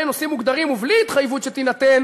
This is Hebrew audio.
נושאים מוגדרים ובלי התחייבות שתינתן